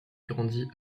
grandit